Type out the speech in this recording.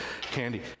candy